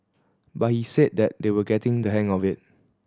but he said that they will getting the hang of it